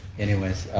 anyways,